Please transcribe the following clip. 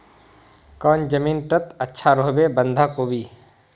कौन जमीन टत अच्छा रोहबे बंधाकोबी?